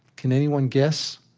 can anyone guess?